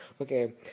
Okay